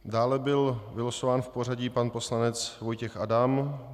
Dále byl vylosován v pořadí pan poslanec Vojtěch Adam.